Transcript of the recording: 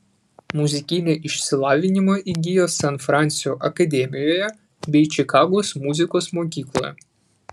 muzikinį išsilavinimą įgijo san fransio akademijoje bei čikagos muzikos mokykloje